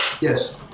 Yes